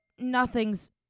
Nothing's